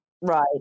right